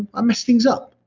i mess things up.